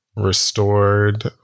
restored